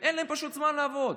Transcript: וכו' אין להם פשוט זמן לעבוד.